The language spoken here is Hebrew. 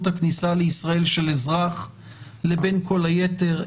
הכניסה לישראל של אזרח לבין כל היתר.